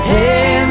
Hey